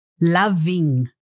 loving